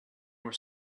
were